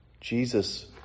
Jesus